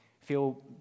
feel